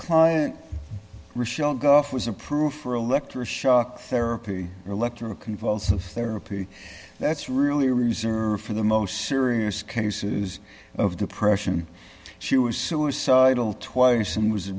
client rachelle go off was approved for electroshock therapy electroconvulsive therapy that's really reserved for the most serious cases of depression she was suicidal twice and was